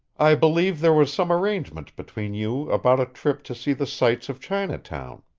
i believe there was some arrangement between you about a trip to see the sights of chinatown.